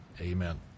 Amen